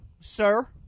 Sir